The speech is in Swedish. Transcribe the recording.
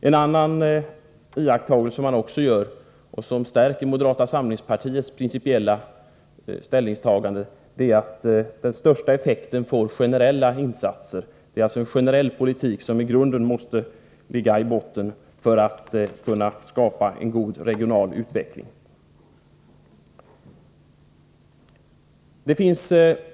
En annan iakttagelse som man gör, och som stärker moderata samlingspartiets principiella ställningstagande, är att generella insatser får den största effekten. Det är alltså en generell politik som måste ligga i botten för att man skall kunna skapa en god regional utveckling. Fru talman!